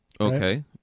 Okay